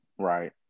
Right